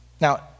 Now